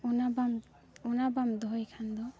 ᱚᱱᱟ ᱵᱟᱢ ᱚᱱᱟ ᱵᱟᱢ ᱫᱚᱦᱚᱭ ᱠᱷᱟᱱ ᱫᱚ